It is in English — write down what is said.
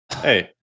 Hey